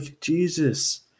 Jesus